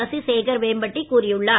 சசிசேகர் வேம்பட்டி கூறியுள்ளார்